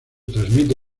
transmite